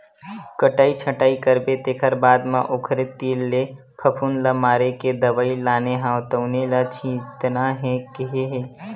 कटई छटई करबे तेखर बाद म ओखरे तीर ले फफुंद ल मारे के दवई लाने हव तउने ल छितना हे केहे हे